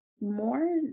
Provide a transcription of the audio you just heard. more